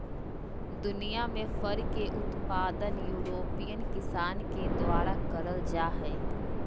दुनियां में फर के उत्पादन यूरोपियन किसान के द्वारा करल जा हई